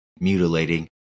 mutilating